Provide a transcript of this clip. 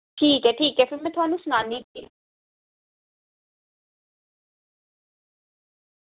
ठीक ऐ ठीक ऐ फिर में थुहानू सनान्नी आं